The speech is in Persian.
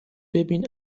ببین